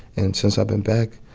and since i've been back,